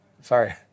Sorry